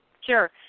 Sure